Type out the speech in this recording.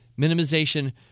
minimization